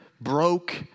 broke